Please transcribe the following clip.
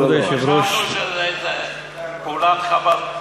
לא, לא, חשבנו שזה איזו פעולת חבלה.